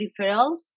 referrals